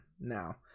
now